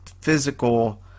physical